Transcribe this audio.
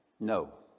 No